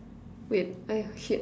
wait I shit